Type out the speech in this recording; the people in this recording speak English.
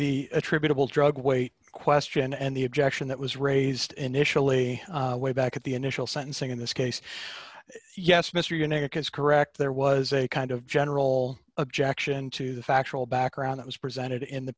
the attributable drug weight question and the objection that was raised initially way back at the initial sentencing in this case yes mr eunuch is correct there was a kind of general objection to the factual background that was presented in the